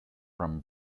from